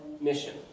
mission